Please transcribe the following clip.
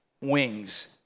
wings